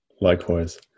Likewise